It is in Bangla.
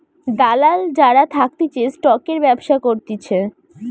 দালাল যারা থাকতিছে স্টকের ব্যবসা করতিছে